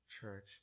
church